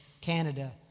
Canada